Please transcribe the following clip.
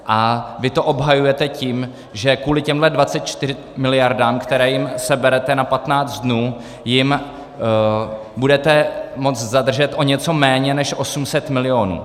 A vy to obhajujete tím, že kvůli těmhle 24 miliardám, které jim seberete na 15 dnů, jim budete moct zadržet o něco méně než 800 milionů.